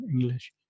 English